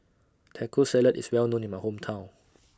Taco Salad IS Well known in My Hometown